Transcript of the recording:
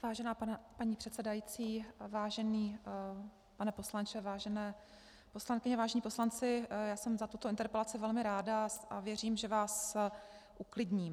Vážená paní předsedající, vážený pane poslanče, vážené poslankyně, vážení poslanci, já jsem za tuto interpelaci velmi ráda a věřím, že vás uklidním.